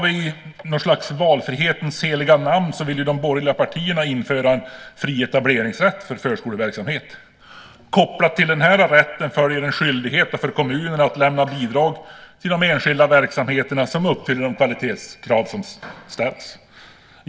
I något slags valfrihetens heliga namn vill de borgerliga partierna införa en fri etableringsrätt för förskoleverksamhet. Kopplat till den rätten följer en skyldighet för kommunerna att lämna bidrag till de enskilda verksamheter som uppfyller de kvalitetskrav som ställts.